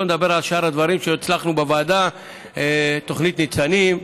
שלא לדבר על שאר הדברים שהצלחנו בוועדה: תוכנית ניצנים,